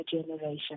generation